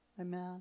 Amen